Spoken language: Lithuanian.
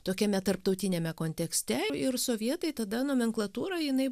tokiame tarptautiniame kontekste ir sovietai tada nomenklatūra jinai